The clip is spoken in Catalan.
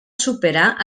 superar